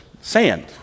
sand